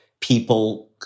people